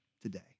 today